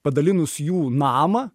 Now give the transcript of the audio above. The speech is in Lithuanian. padalinus jų namą